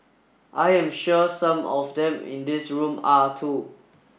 I am sure some of them in this room are too